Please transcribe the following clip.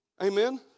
Amen